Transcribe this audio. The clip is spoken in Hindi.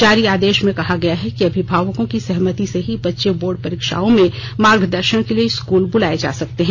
जारी आदेश में कहा गया है कि अभिभावकों की सहमति से ही बच्चे बोर्ड परीक्षाओं में मार्गदर्शन के लिए स्कूल बुलाए जा सकते हैं